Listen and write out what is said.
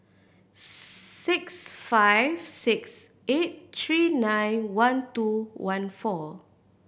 six five six eight three nine one two one four